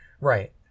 Right